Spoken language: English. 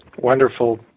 wonderful